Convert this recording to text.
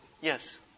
Yes